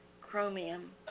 chromium